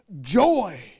joy